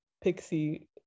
pixie